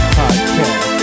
podcast